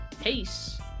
peace